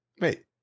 Wait